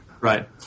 Right